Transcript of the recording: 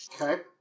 Okay